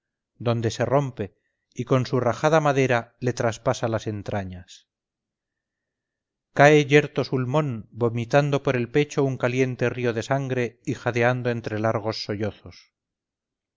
donde se rompe y con su rajada madera le traspasa las entrañas cae yerto sulmón vomitando por el pecho un caliente río de sangre y jadeando entre largos sollozos